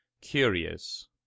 Curious